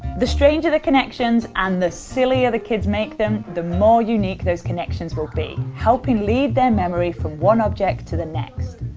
the stranger the connections, and the sillier the kids make them, the more unique those connections will be, helping lead their memories from one object to the next.